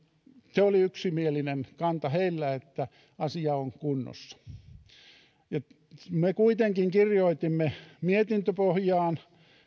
se oli yksimielinen kanta heillä että asia on kunnossa me kuitenkin kirjoitimme mietintöpohjaan